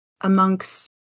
amongst